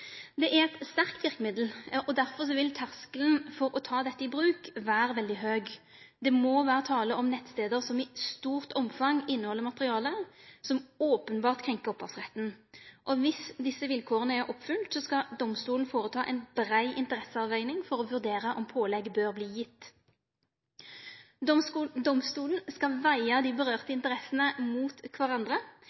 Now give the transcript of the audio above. Det er eit sterkt verkemiddel, og derfor vil terskelen for å ta dette i bruk vere veldig høg. Det må vere tale om nettstader som i stort omfang inneheld materiale som openbart krenkjer opphavsretten. Viss desse vilkåra er oppfylt, skal domstolen føreta ei brei interesseavveging for å vurdere om pålegg bør gjevast. Domstolen skal vega dei interessene det gjeld mot kvarandre,